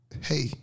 hey